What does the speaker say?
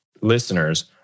listeners